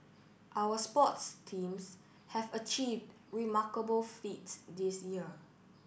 our sports teams have achieved remarkable feats this year